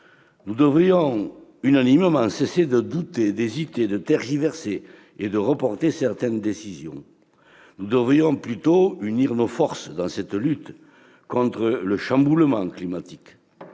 Nous devrions unanimement cesser de douter, de tergiverser et de reporter certaines décisions. Nous devrions plutôt unir nos forces dans cette lutte contre le chamboulement climatique.